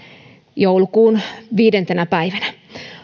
joulukuun viidentenä päivänä